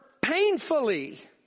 painfully